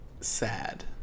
Sad